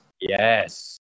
Yes